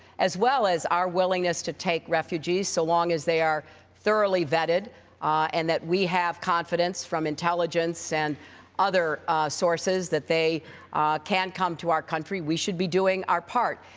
as well as our willingness to take refugees so long as they are thoroughly vetted and that we have confidence from intelligence and other sources that they can come to our country, we should be doing our part.